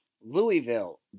Louisville